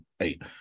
eight